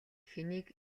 хэнийг